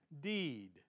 deed